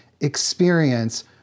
experience